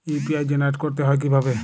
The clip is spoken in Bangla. ইউ.পি.আই জেনারেট করতে হয় কিভাবে?